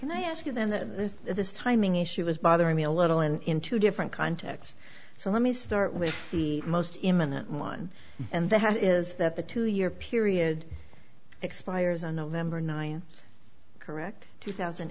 and i ask you then this timing issue is bothering me a little in two different contexts so let me start with the most imminent one and that is that the two year period expires on november ninth correct two thousand